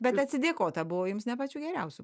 bet atsidėkota buvo jums ne pačiu geriausiu